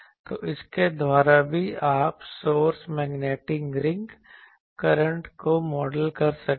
तो इसके द्वारा भी आप सोर्स मैग्नेटिक रिंग करंट को मॉडल कर सकते हैं